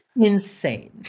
Insane